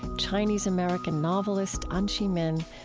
chinese-american novelist anchee min,